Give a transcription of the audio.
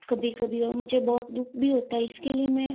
कभी कभी और मुझे बहुत दुःख भी होता है इसके लिए मैं